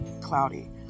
cloudy